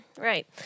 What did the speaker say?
Right